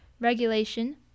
regulation